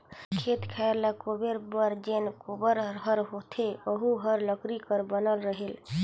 खेत खायर ल कोपरे बर जेन कोपर हर होथे ओहू हर लकरी कर बनल रहेल